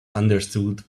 understood